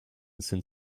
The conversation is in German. sind